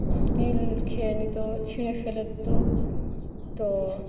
তিল খেয়ে নিত ছিঁড়ে ফেলে দিতো তো